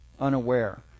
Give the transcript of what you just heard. unaware